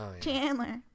Chandler